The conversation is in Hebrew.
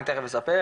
אני תיכף אספר,